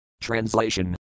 Translation